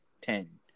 ten